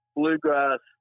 bluegrass